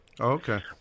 okay